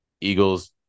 Eagles